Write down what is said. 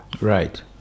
Right